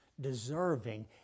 deserving